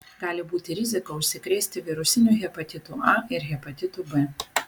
gali būti rizika užsikrėsti virusiniu hepatitu a ir hepatitu b